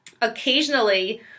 Occasionally